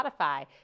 spotify